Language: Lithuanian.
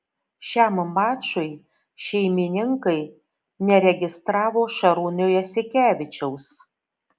šiam mačui šeimininkai neregistravo šarūno jasikevičiaus